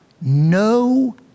no